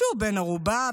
שהוא בן ערובה,